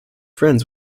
friends